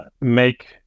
make